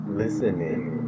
listening